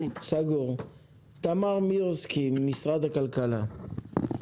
תמר מירסקי ממשרד הכלכלה, בבקשה.